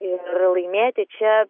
ir laimėti čia